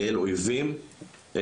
כאל אויבים.